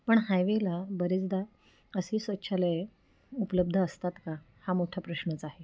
पण हायवेला बरेचदा असी शौचालये उपलब्ध असतात का हा मोठा प्रश्नच आहे